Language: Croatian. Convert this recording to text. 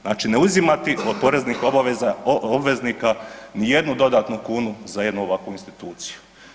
Znači ne uzimati od poreznih obveznika ni jednu dodanu kunu za jednu ovakvu instituciju.